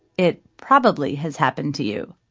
it probably has happened to you,